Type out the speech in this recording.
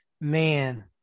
man